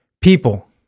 people